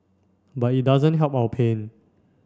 but it doesn't help our pain